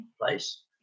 place